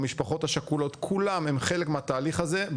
המשפחות השכולות כולם הם חלק מהתהליך הזה,